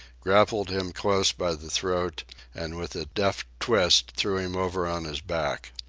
grappled him close by the throat and with a deft twist threw him over on his back.